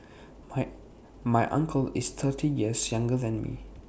my uncle is thirty years younger than me